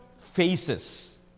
faces